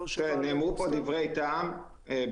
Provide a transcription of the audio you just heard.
בהקשר הזה נאמרו כאן דברי טעם.